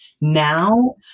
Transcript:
Now